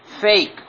fake